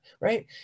Right